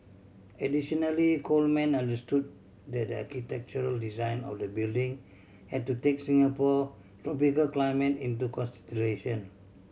additionally Coleman understood that the architectural design of the building had to take Singapore tropical climate into consideration